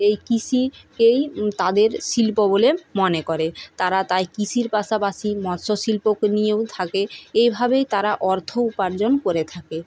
এই কৃষি এই তাদের শিল্প বলে মনে করে তারা তাই কৃষির পাশাপাশি মৎস্য শিল্পকে নিয়েও থাকে এইভাবেই তারা অর্থ উপার্জন করে থাকে